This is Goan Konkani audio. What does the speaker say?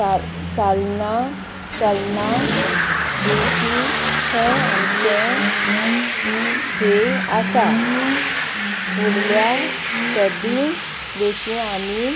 चालना चलना दिवची हें आमचें ध्येय आसा फुडल्या सदीं विशीं आमी